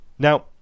Now